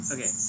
Okay